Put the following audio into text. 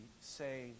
say